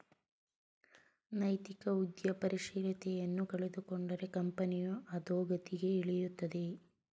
ನೈತಿಕ ಉದ್ಯಮಶೀಲತೆಯನ್ನು ಕಳೆದುಕೊಂಡರೆ ಕಂಪನಿಯು ಅದೋಗತಿಗೆ ಇಳಿಯುತ್ತದೆ